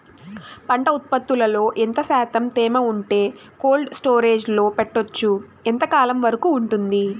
పంట ఉత్పత్తులలో ఎంత శాతం తేమ ఉంటే కోల్డ్ స్టోరేజ్ లో పెట్టొచ్చు? ఎంతకాలం వరకు ఉంటుంది